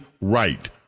right